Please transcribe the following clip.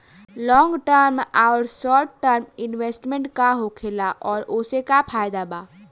Long term आउर short term investment का होखेला और ओसे का फायदा बा?